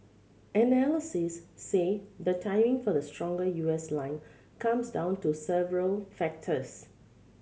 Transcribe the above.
analysts say the timing for the stronger U S line comes down to several factors